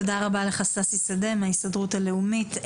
תודה רבה לך ששי שדה מההסתדרות הלאומית.